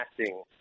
acting